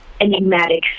enigmatic